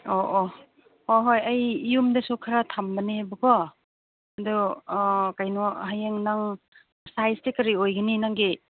ꯑꯣ ꯑꯣ ꯍꯣꯏ ꯍꯣꯏ ꯑꯩ ꯌꯨꯝꯗꯁꯨ ꯈꯔ ꯊꯝꯕꯅꯦꯕꯀꯣ ꯑꯗꯣ ꯀꯩꯅꯣ ꯍꯌꯦꯡ ꯅꯪ ꯁꯥꯏꯖꯇꯤ ꯀꯔꯤ ꯑꯣꯏꯒꯅꯤ ꯅꯪꯒꯤ